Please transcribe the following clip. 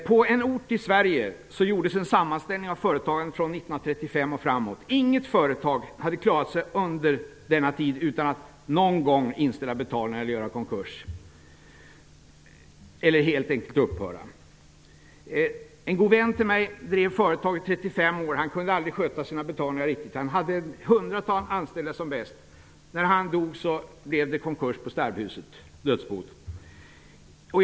På en ort i Sverige gjordes en sammanställning av företagen från 1935 och framåt. Inte något företag hade under denna tid klarat sig utan att någon gång inställa betalningarna, göra konkurs eller helt enkelt upphöra. En god vän till mig drev företag i 35 år. Han kunde aldrig riktigt sköta sina betalningar. Han hade ett hundratal anställda som mest. När han dog gick sterbhuset, dödsboet, i konkurs.